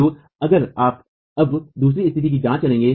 तो अगर आप अब दूसरी स्थिति की जांच करेंगे